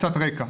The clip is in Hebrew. קצת רקע.